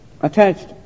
Attached